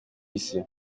isi